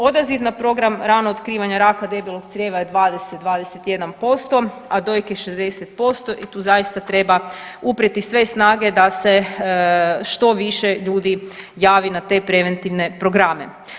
Odaziv na program ranog otkrivanja raka debelog crijeva je 20-21%, a dojke 60% i tu zaista treba uprijeti sve snage da se što više ljudi javi na te preventivne programe.